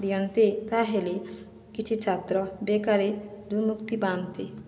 ଦିଅନ୍ତି ତାହେଲେ କିଛି ଛାତ୍ର ବେକାରୀରୁ ମୁକ୍ତି ପାଆନ୍ତେ